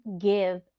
give